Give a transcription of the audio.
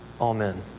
amen